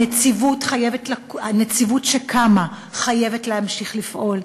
הנציבות שקמה חייבת להמשיך לפעול.